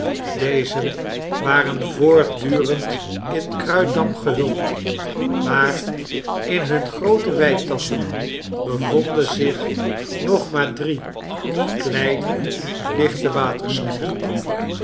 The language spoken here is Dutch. dezen waren voortdurend in kruitdamp gehuld maar in hun groote weitasschen bevonden zich nog maar drie kleine lichte